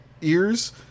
ears